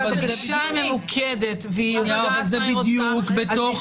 דרישה ממוקדת --- זה בדיוק בתוך